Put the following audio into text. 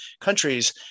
countries